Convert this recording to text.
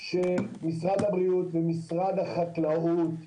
שמשרד הבריאות ומשרד החקלאות,